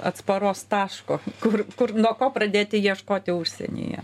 atsparos taško kur kur nuo ko pradėti ieškoti užsienyje